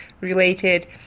related